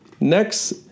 Next